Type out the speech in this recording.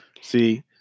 see